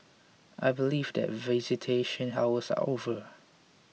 I believe that visitation hours are over